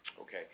Okay